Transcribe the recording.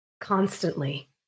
constantly